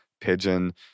pigeon